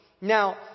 now